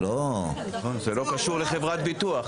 זה לא קשור לחברת ביטוח.